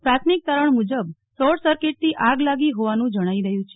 પ્રાથમિક ત્રણ મુજબ શોર્ટ સર્કીટ થી આગ લાગી હોવાનું જણાઈ રહ્યું છે